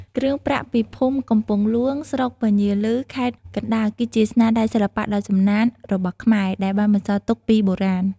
គ្រឿងប្រាក់ពីភូមិកំពង់ហ្លួង ស្រុកពញាឰល ខេត្តកណ្ដាល គឺជាស្នាដៃសិល្បៈដ៏ចំណានរបស់ខ្មែរ ដែលបានបន្សល់ទុកពីបុរាណ